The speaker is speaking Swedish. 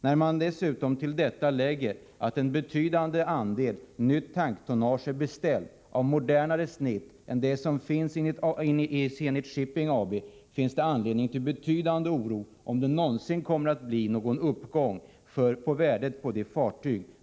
När man till detta lägger att en betydande andel nytt tanktonnage har beställts av modernare snitt än det som Zenit Shipping AB har finns det anledning att känna en betydande oro huruvida det någonsin kommer att bli en uppgång i värdet av Zenits fartyg.